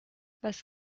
was